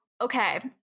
Okay